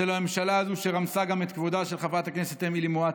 של הממשלה הזאת שרמסה גם את כבודה של חברת הכנסת אמילי מואטי.